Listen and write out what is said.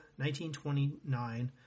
1929